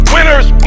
Winners